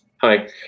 Hi